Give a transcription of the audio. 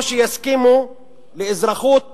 או שיסכימו לאזרחות